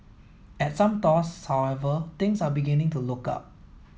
at some stores however things are beginning to look up